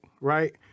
right